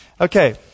Okay